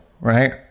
right